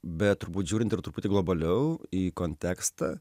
bet turbūt žiūrint ir truputį globaliau į kontekstą